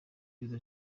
izo